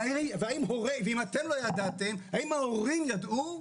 ואם אתם לא ידעתם, ההורים ידעו?